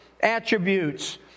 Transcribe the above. attributes